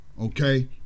Okay